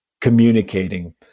communicating